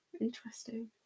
interesting